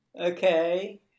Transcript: Okay